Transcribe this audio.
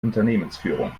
unternehmensführung